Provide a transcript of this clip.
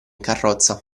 carrozza